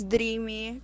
Dreamy